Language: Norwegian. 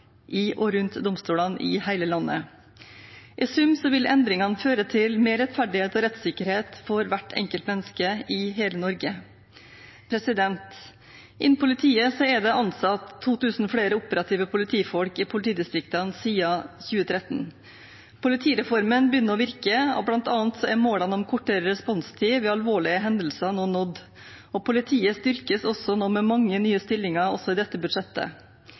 i og rundt domstolene i hele landet. I sum vil endringene føre til mer rettferdighet og rettssikkerhet for hvert enkelt menneske i hele Norge. Innen politiet er det ansatt 2 000 flere operative politifolk i politidistriktene siden 2013. Politireformen begynner å virke, og bl.a. er målet om kortere responstid ved alvorlige hendelser nå nådd. Politiet styrkes også nå med mange nye stillinger også i dette budsjettet.